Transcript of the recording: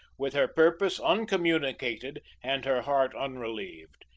with her purpose uncommunicated and her heart unrelieved,